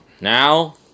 now